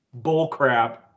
bullcrap